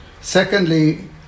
Secondly